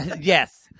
Yes